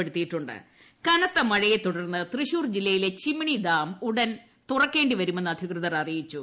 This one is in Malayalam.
ടടടടടടടടടടടട ചിമ്മിണി ഡാം കനത്ത മഴയെ തുടർന്ന് തൃശൂർ ജില്ലയിലെ ചിമ്മിണി ഡാം ഉടൻ തുറക്കേണ്ടിവരുമെന്ന് അധികൃതർ അറിയിച്ചു